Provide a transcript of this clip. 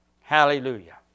Hallelujah